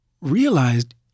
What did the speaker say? realized